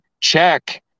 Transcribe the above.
check